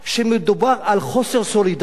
כשמדובר על חוסר סולידריות,